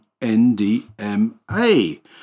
NDMA